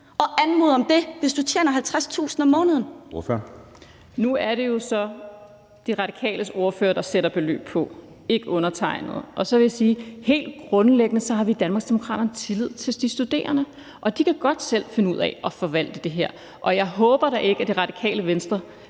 Søe): Ordføreren. Kl. 11:33 Marlene Harpsøe (DD): Nu er det jo så De Radikales ordfører, der sætter beløb på – ikke undertegnede. Og så vil jeg sige, at vi helt grundlæggende i Danmarksdemokraterne har tillid til de studerende; de kan godt selv finde ud af at forvalte det her. Og jeg håber da ikke, at Radikale Venstre